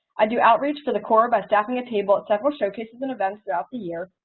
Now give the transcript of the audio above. i do outreach for the core by staffing a table at several showcases and events throughout the year,